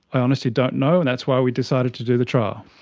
i honestly don't know and that's why we decided to do the trial.